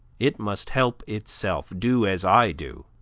it must help itself do as i do.